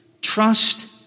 Trust